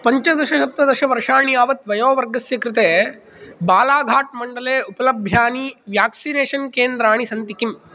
पञ्चदशसप्तदशवर्षाणि यावत् वयोवर्गस्य कृते बालाघाट् मण्डले उपलभ्यानि व्याक्सिनेशन् केन्द्राणि सन्ति किम्